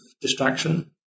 distraction